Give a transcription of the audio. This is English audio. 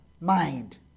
Mind